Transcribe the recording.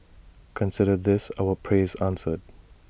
consider this our prayers answered